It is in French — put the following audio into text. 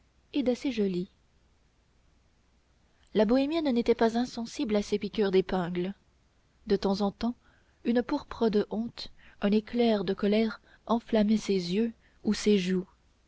et d'assez joli la bohémienne n'était pas insensible à ces piqûres d'épingle de temps en temps une pourpre de honte un éclair de colère enflammait ses yeux ou ses joues